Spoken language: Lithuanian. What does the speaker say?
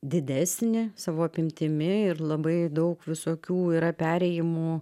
didesnį savo apimtimi ir labai daug visokių yra perėjimų